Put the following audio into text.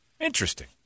Interesting